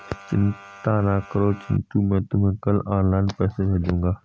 चिंता ना करो चिंटू मैं तुम्हें कल ऑनलाइन पैसे भेज दूंगा